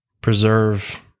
preserve